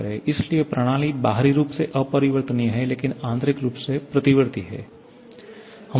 इसलिए प्रणाली बाहरी रूप से अपरिवर्तनीय है लेकिन आंतरिक रूप से प्रतिवर्ती है